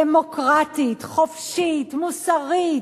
דמוקרטית, חופשית, מוסרית,